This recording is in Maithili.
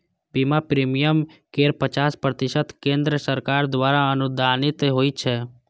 बीमा प्रीमियम केर पचास प्रतिशत केंद्र सरकार द्वारा अनुदानित होइ छै